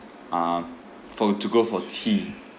um for to go for tea